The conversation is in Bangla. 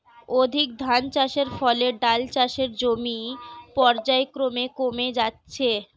অধিক ধানচাষের ফলে ডাল চাষের জমি পর্যায়ক্রমে কমে যাচ্ছে